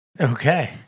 Okay